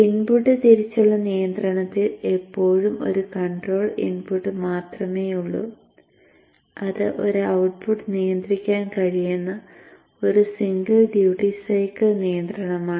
input തിരിച്ചുള്ള നിയന്ത്രണത്തിൽ ഇപ്പോഴും ഒരു കൺട്രോൾ ഇൻപുട്ട് മാത്രമേയുള്ളൂ അത് ഒരു ഔട്ട്പുട്ട് നിയന്ത്രിക്കാൻ കഴിയുന്ന ഒരു സിംഗിൾ ഡ്യൂട്ടി സൈക്കിൾ നിയന്ത്രണമാണ്